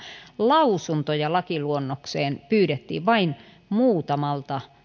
lausuntoja lakiluonnokseen pyydettiin vain muutamalta